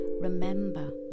remember